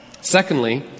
Secondly